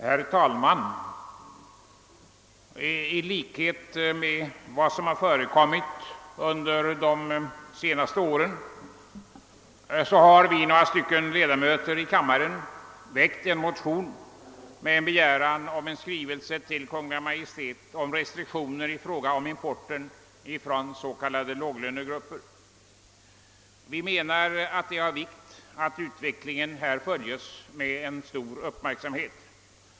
Herr talman! I likhet med vad som förekommit under de senaste åren har jag och några andra ledamöter av kammaren väckt en motion med begäran om en skrivelse till Kungl. Maj:t syftande till restriktioner i fråga om importen från s.k. låglöneländer. Vi menar att det är av vikt att utvecklingen här följs med stor uppmärksamhet.